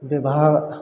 विवाह